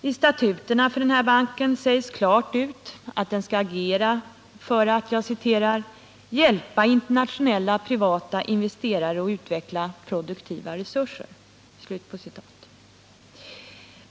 I statuterna för banken sägs klart ut att den skall agera för ”att hjälpa internationella privata investerare att utveckla produktiva resurser”.